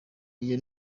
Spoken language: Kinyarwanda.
ayo